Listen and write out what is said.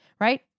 right